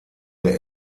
der